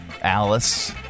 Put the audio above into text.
Alice